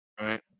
Right